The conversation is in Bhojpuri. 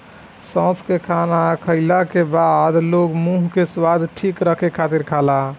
सौंफ के खाना खाईला के बाद लोग मुंह के स्वाद ठीक रखे खातिर खाला